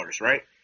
right